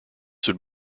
would